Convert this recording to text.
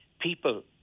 people